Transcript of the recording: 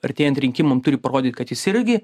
artėjant rinkimam turi parodyt kad jis irgi